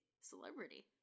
celebrity